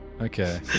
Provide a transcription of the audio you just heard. Okay